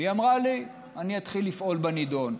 והיא אמרה לי: אני אתחיל לפעול בנדון.